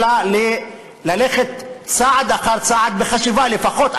אלא ללכת צעד אחר צעד, בחשיבה לפחות.